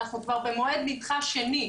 אנחנו כבר במועד נדחה שני,